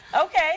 Okay